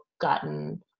gotten